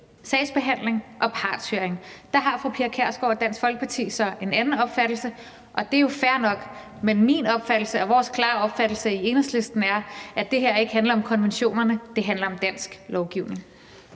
sagsbehandling og partshøring. Der har fru Pia Kjærsgaard og Dansk Folkeparti så en anden opfattelse, og det er jo fair nok. Men min opfattelse og vores klare opfattelse i Enhedslisten er, at det her ikke handler om konventionerne. Det handler om dansk lovgivning.